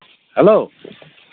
hello